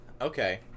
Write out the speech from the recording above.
okay